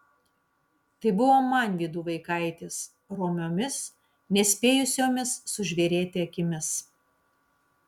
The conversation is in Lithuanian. tai buvo manvydų vaikaitis romiomis nespėjusiomis sužvėrėti akimis